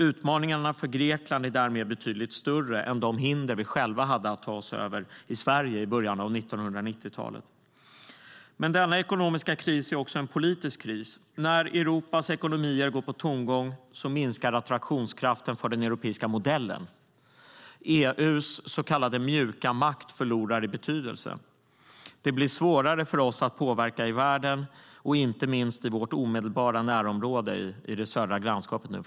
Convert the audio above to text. Utmaningarna för Grekland är därmed betydligt större än de hinder vi själva hade att ta oss över i Sverige i början av 1990-talet. Men denna ekonomiska kris är också en politisk kris. När Europas ekonomier går på tomgång minskar attraktionskraften för den europeiska modellen. EU:s så kallade "mjuka makt" förlorar i betydelse. Det blir svårare för oss att påverka i världen, inte minst i vårt omedelbara närområde i det södra grannskapet.